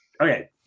Okay